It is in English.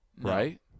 Right